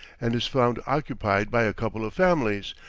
and is found occupied by a couple of families,